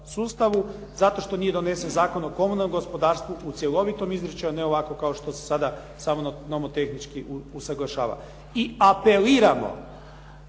sustavu, zato što nije donesen Zakon o komunalnom gospodarstvu u cjelovitom izričaju, a ne ovako kao što se sada samo nomotehnički usuglašava. I apeliramo